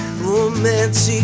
romantic